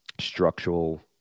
structural